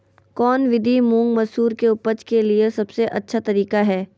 कौन विधि मुंग, मसूर के उपज के लिए सबसे अच्छा तरीका है?